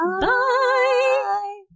Bye